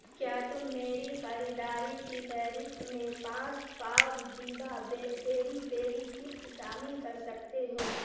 کیا تم میری خریداری کی فہرست میں پانچ پاؤچ دیبھا پیری پیری چپس شامل کر سکتے ہو